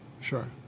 sure